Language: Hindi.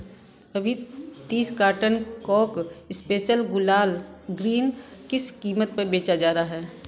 अभी तीस कार्टन कौक स्पेसल गुलाल ग्रीन किस कीमत पर बेचा जा रहा है